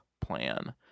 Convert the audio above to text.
plan